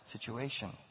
situation